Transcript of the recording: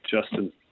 Justin